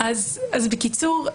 בקיצור,